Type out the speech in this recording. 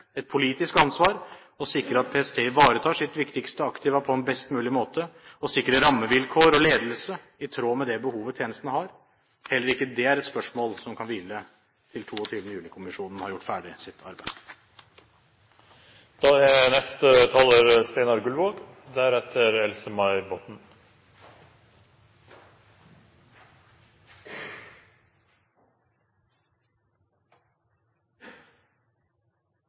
et politisk ansvar å sikre at PST ivaretar sitt viktigste aktiva på en best mulig måte og sikre rammevilkår og ledelse i tråd med det behovet tjenesten har. Heller ikke det er et spørsmål som kan hvile til 22. juli-kommisjonen har gjort ferdig sitt